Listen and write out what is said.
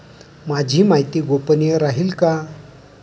माझी माहिती गोपनीय राहील का?